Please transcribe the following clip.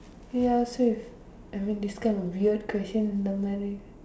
ya safe I mean this kind of weird question not many